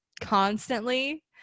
constantly